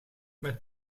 met